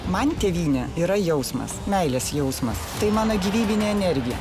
man tėvynė yra jausmas meilės jausmas tai mano gyvybinė energija